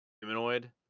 humanoid